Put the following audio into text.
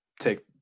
take